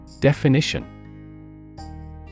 Definition